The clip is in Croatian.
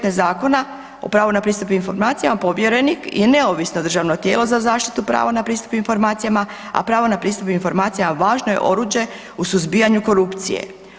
15 Zakona o pravu na pristup informacijama, povjerenik je neovisno državno tijelo za zaštitu prava na pristup informacijama, a pravo na pristup informacijama važno je oruđe u suzbijanju korupcije.